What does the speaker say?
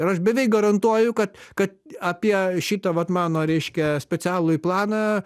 ir aš beveik garantuoju kad kad apie šitą vat mano reiškia specialųjį planą